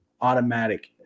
automatic